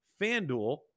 FanDuel